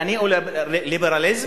לניאו-ליברליזם,